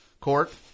court